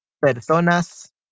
personas